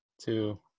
two